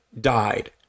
died